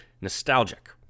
nostalgic